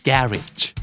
Garage